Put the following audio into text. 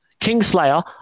Kingslayer